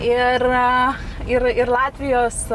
ir ir ir latvijos